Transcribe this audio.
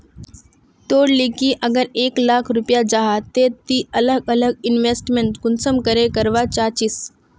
तोर लिकी अगर एक लाख रुपया जाहा ते ती अलग अलग इन्वेस्टमेंट कुंसम करे करवा चाहचिस?